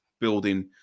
building